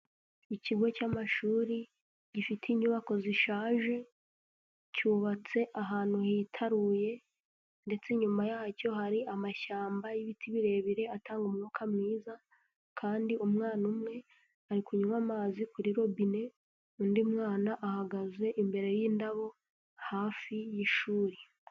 Ikigo cy'amashuri gifite inyubako zishaje, cyubatse ahantu hitaruye, ndetse inyuma yacyo hari amashyamba y'ibiti birebire atanga umwuka mwiza, kandi umwana umwe ari kunywa amazi kuri robine, undi mwana ahagaze imbere y'indabo hafi y'ishuri.